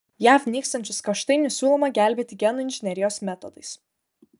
jav nykstančius kaštainius siūloma gelbėti genų inžinerijos metodais